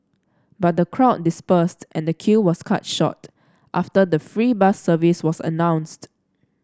but the crowd dispersed and the queue was cut short after the free bus service was announced